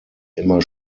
immer